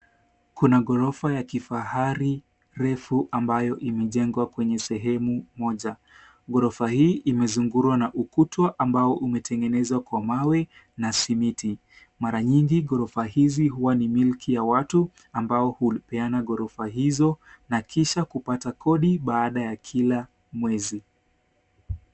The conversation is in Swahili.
Kuna ghorofa ya kifahari refu ambayo imejengwa kwenye sehemu moja. Ghorofa hii imezungurwa na ukuta uliotengenezwa kwa mawe na simiti. Mara nyingi ghorofa hizi huwa ni miliki ya watu ambao hupeana ghorofa hizo na kisha kupata kodi baada ya kila mwezi.